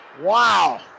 wow